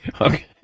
Okay